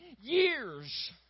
years